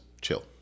chill